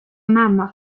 mammoth